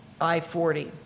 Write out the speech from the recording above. I-40